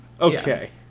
Okay